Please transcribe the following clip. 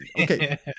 okay